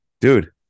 dude